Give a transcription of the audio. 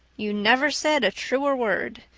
you never said a truer word,